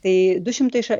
tai du šimtai ša